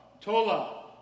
Tola